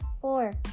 four